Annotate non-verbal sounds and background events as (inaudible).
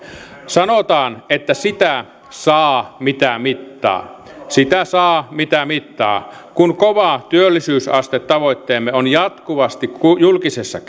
sanotaan että sitä saa mitä mittaa sitä saa mitä mittaa kun kova työllisyysastetavoitteemme on jatkuvasti julkisessa (unintelligible)